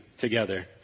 together